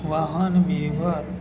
વાહનવ્યવહાર